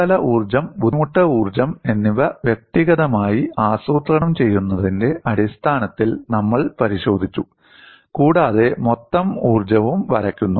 ഉപരിതല ഊർജ്ജം ബുദ്ധിമുട്ട് ഊർജ്ജം എന്നിവ വ്യക്തിഗതമായി ആസൂത്രണം ചെയ്യുന്നതിന്റെ അടിസ്ഥാനത്തിൽ നമ്മൾ പരിശോധിച്ചു കൂടാതെ മൊത്തം ഊർജ്ജവും വരയ്ക്കുന്നു